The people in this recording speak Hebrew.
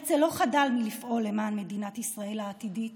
הרצל לא חדל מלפעול למען מדינת ישראל העתידית